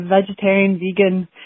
vegetarian-vegan